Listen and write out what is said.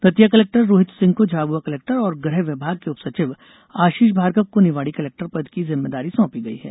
Datia collector Rohit Singh को Jhabua collector और गृह विभाग के उप सचिव आशीष भार्गव को निवाड़ी कलेक्टर पद की जिम्मेदारी सौंपी गई है